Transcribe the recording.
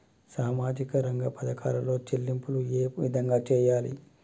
సామాజిక రంగ పథకాలలో చెల్లింపులు ఏ విధంగా చేయాలి?